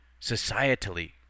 societally